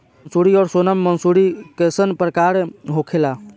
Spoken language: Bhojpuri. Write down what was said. मंसूरी और सोनम मंसूरी कैसन प्रकार होखे ला?